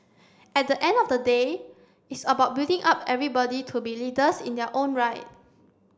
at the end of the day it's about building up everybody to be leaders in their own right